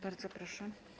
Bardzo proszę.